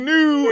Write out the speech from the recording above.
New